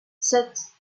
sept